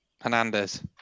Hernandez